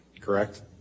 correct